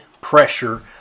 pressure